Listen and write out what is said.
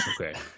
okay